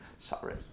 sorry